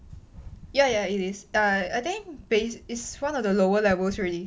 ya ya it is err I think it is one of the lower levels already